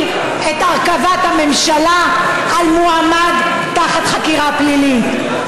את הרכבת הממשלה על מועמד תחת חקירה פלילית,